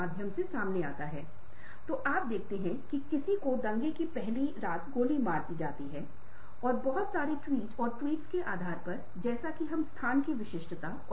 मैं हमेशा कर सकता हूं यह गोलेमैन द्वारा दी गई भावनात्मक बुद्धि के समान पांच आयामों के आधार पर बहुत सरल बयान हैं